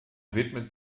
widmet